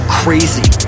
crazy